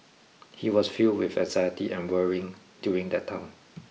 he was filled with anxiety and worry during that time